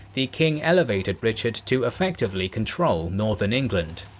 the king elevated richard to effectively control northern england.